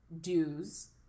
dues